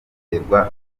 biterwa